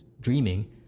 dreaming